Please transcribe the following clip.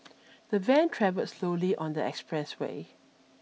the van travelled slowly on the expressway